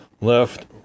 left